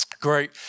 Great